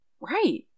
Right